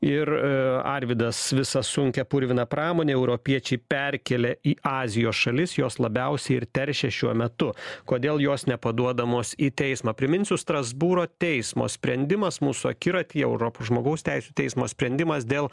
ir arvydas visą sunkią purviną pramonę europiečiai perkėlė į azijos šalis jos labiausiai ir teršia šiuo metu kodėl jos nepaduodamos į teismą priminsiu strasbūro teismo sprendimas mūsų akiratyje europos žmogaus teisių teismo sprendimas dėl